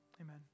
Amen